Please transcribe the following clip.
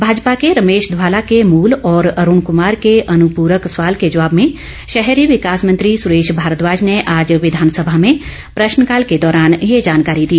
भाजपा के रमेश धवाला के मूल और अरुण कुमार के अनुपूरक सवाल के जवाब में शहरी विकास मंत्री सुरेश भारद्वाज ने आज विघानसभा में प्रश्नकाल के दौरान यह जानकारी दी